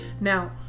now